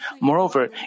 Moreover